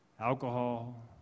alcohol